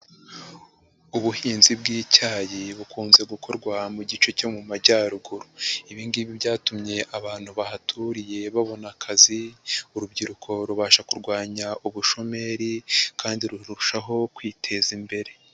Ubuhinzi bw'icyayi bukunze gukorwa mu gice cyo mu Majyaruguru. Ibi ngibi byatumye abantu bahaturiye babona akazi, urubyiruko rubasha kurwanya ubushomeri kandi rurushaho kwiteza imbere.